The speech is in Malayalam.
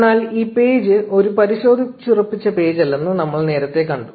എന്നാൽ ഈ പേജ് ഒരു പരിശോധിച്ചുറപ്പിച്ച പേജല്ലെന്ന് നമ്മൾ നേരത്തെ കണ്ടു